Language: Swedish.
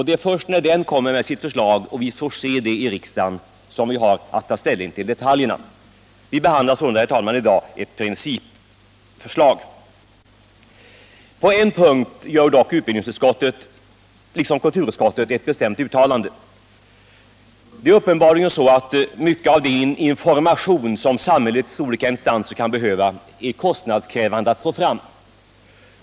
Det är först när denna kommer med sitt förslag och vi får se det i riksdagen som vi har att ta ställning till detaljerna. Vi behandlar sålunda, herr talman, i dag ett principförslag. På en punkt gör dock utbildningsutskottet liksom kulturutskottet ett bestämt uttalande. Det är uppenbarligen så att mycket av den information som samhällets olika instanser kan behöva är kostnadskrävande att få fram.